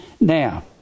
Now